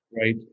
right